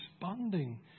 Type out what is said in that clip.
responding